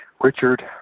Richard